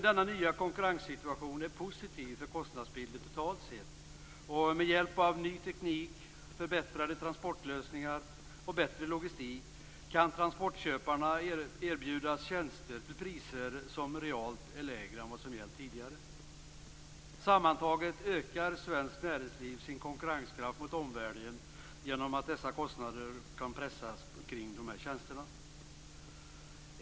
Denna nya konkurrenssituation är positiv för kostnadsbilden totalt sett, och med hjälp av ny teknik, förbättrade transportlösningar och bättre logistik, kan transportköparna erbjudas tjänster till priser som realt är lägre än vad som gällt tidigare. Sammantaget ökar svenskt näringsliv sin konkurrenskraft mot omvärlden genom att dessa kostnader kring dessa tjänster kan pressas.